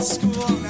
school